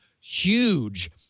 huge